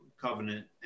covenant